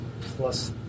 plus